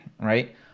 right